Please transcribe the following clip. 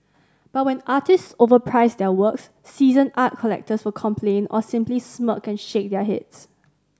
but when artists overprice their works season art collectors will complain or simply smirk and shake their heads